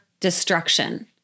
Destruction